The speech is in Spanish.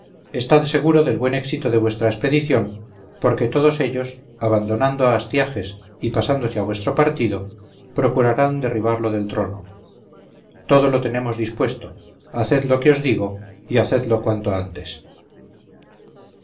estad seguro del buen éxito de vuestra expedición porque todos ellos abandonando a astiages y pasándose a vuestro partido procurarán derribarlo del trono todo lo tenemos dispuesto haced lo que os digo y hacedlo cuanto antes